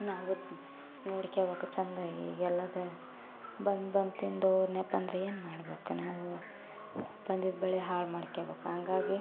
ನಾವು ನೋಡ್ಕೊಳ್ಬೇಕು ಚೆಂದಾಗಿ ಈಗೆಲ್ಲದು ಬಂದು ಬಂದು ತಿಂದು ಹೋದ್ನ್ಯಪ್ಪ ಅಂದ್ರ ಏನ್ಮಾಡಬೇಕು ನಾವು ಬಂದದ್ದು ಬೆಳೆ ಹಾಳು ಮಾಡ್ಕೊಳ್ಬೇಕು ಹಾಗಾಗಿ